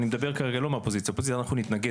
ואני מדבר כרגע לא מהאופוזיציה כי אנחנו נתנגד